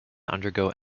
undergo